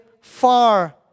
far